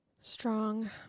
Strong